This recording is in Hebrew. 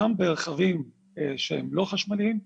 גם ברכבים שהם לא חשמליים,